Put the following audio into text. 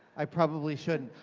i probably shouldn't.